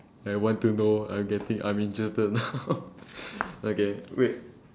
I want to know I getting I'm interested now okay wait